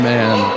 Man